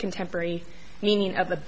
contemporary meaning of the